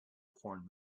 porn